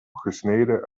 gesneden